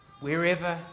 wherever